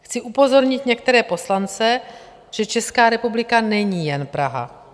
Chci upozornit některé poslance, že Česká republika není jen Praha.